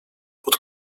pod